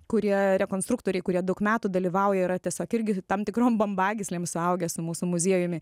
kurie rekonstrukcijai kurie daug metų dalyvauja yra tiesiog irgi tam tikrom bambagyslėm suaugę su mūsų muziejumi